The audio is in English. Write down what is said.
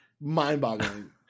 mind-boggling